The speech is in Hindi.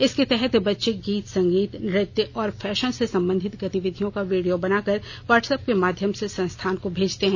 इसके तहत बच्चे गीत संगीत नृत्य और फैषन से संबंधित गतिविधियों का वीडियो बनाकर व्हाट्सएप के माध्यम से संस्थान को भेजते हैं